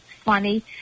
funny